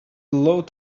load